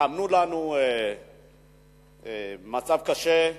וטמנו לנו מצב קשה.